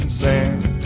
sand